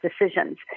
decisions